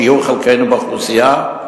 שיעור חלקנו באוכלוסייה?